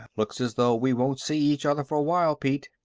looks as though we won't see each other for a while, pete.